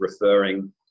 referring